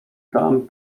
dam